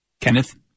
Kenneth